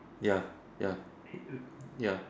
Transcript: ya ya ya